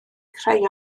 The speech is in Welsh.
creu